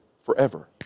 forever